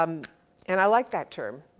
um and i like that term.